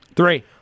Three